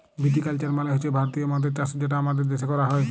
ভিটি culture মালে হছে ভারতীয় মদের চাষ যেটা আমাদের দ্যাশে ক্যরা হ্যয়